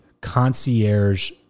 concierge